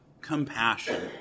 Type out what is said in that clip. compassion